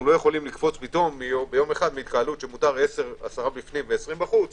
אנו לא יכולים לקפוץ ביום אחד מהתקהלות שמותר עשרה בפנים ו-20 בחוץ